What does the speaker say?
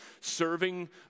serving